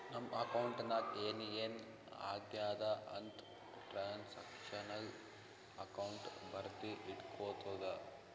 ನಮ್ ಅಕೌಂಟ್ ನಾಗ್ ಏನ್ ಏನ್ ಆಗ್ಯಾದ ಅಂತ್ ಟ್ರಾನ್ಸ್ಅಕ್ಷನಲ್ ಅಕೌಂಟ್ ಬರ್ದಿ ಇಟ್ಗೋತುದ